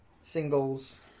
singles